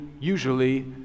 usually